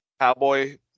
cowboy